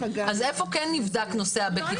אז איפה כן נבדק נושא הבטיחות?